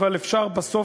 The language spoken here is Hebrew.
אבל אפשר בסוף,